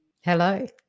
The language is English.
Hello